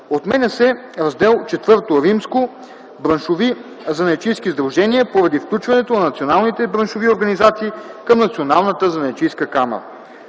Отменя се Раздел ІV – „Браншови занаятчийски сдружения”, поради включването на националните браншови организации към Националната занаятчийска камара.